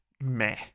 meh